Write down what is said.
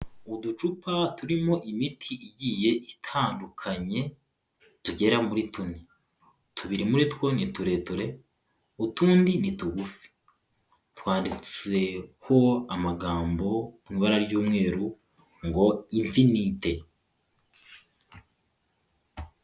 Uducupa turimo imiti igiye itandukanye tugera muri tune, tubiri muri two ni tureture, utundi ni tugufi, twanditseho amagambo mu ibara ry'umweru ngo imfinite.